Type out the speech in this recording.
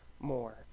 more